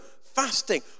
fasting